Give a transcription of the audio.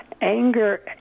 Anger